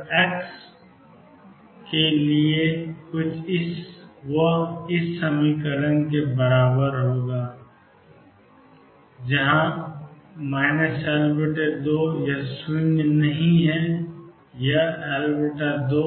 और x के लिए Ccos βx Dsin βx के बराबर है L2 यह 0 नहीं है यह L2 L2xL2